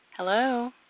Hello